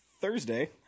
Thursday